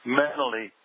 mentally